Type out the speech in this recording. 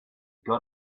got